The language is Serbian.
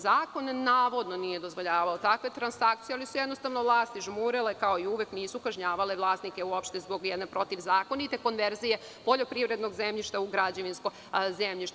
Zakon navodno nije dozvoljavao takve transakcije, ali su jednostavno vlasti žmurile kao uvek i nisu kažnjavale vlasnike uopšte zbog jedne protivzakonite konverzije poljoprivrednog zemljišta u građevinsko zemljište.